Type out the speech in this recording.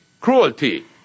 cruelty